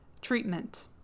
Treatment